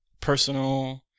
personal